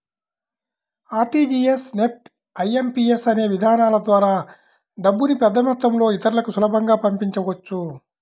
RTGS, NEFT, IMPS అనే విధానాల ద్వారా డబ్బుని పెద్దమొత్తంలో ఇతరులకి సులభంగా పంపించవచ్చు